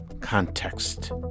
Context